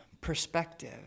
perspective